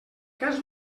cas